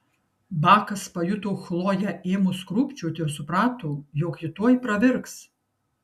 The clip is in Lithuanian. bakas pajuto chloję ėmus krūpčioti ir suprato jog ji tuoj pravirks